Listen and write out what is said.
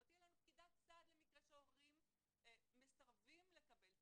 לא תהיה לנו פקידת סעד למקרה שהורים מסרבים לקבל טיפול,